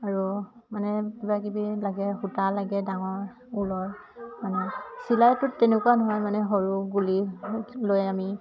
আৰু মানে কিবা কিবি লাগে সূতা লাগে ডাঙৰ ঊলৰ মানে চিলাইটোত তেনেকুৱা নহয় মানে সৰু গুলি লৈ আমি